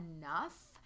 enough